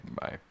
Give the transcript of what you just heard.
Bye